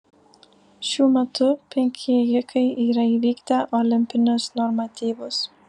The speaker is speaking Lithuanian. šiuo metu penki ėjikai yra įvykdę olimpinius normatyvus